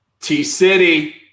T-City